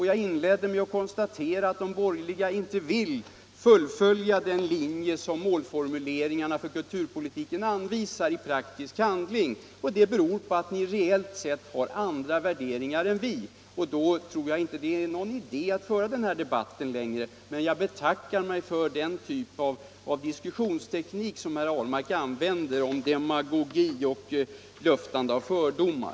Jag inledde med att konstatera att de borgerliga i praktisk handling inte vill fullfölja den linje som målformuleringarna för kulturpolitiken anvisar. Det beror på att ni reellt sett har andra värderingar än vi. Då tror jag att det inte är någon idé att föra denna debatt längre. Jag betackar mig emellertid för den typ av diskussionsteknik som herr Ahlmark använder med tal om demagogi och luftande av fördomar.